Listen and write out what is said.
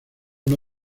uno